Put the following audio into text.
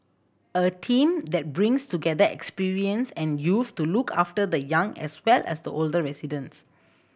a team that brings together experience and youth to look after the young as well as the older residents